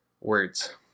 words